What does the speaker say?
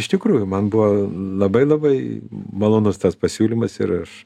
iš tikrųjų man buvo labai labai malonus tas pasiūlymas ir aš